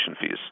fees